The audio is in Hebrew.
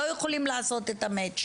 לא יכולות לעשות את ה-Matching